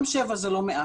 גם שבעה סוגים זה לא מעט.